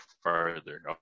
further